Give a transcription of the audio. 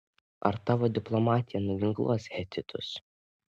ar tavo diplomatija nuginkluos hetitus